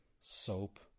soap